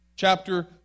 Chapter